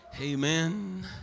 Amen